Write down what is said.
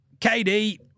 KD